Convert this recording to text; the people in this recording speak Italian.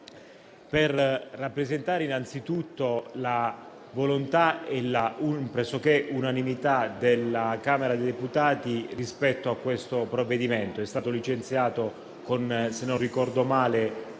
per rappresentare innanzitutto la volontà pressoché unanime della Camera dei deputati rispetto al provvedimento in esame, che è stato licenziato - se non ricordo male